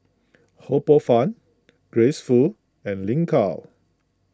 Ho Poh Fun Grace Fu and Lin Gao